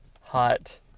hot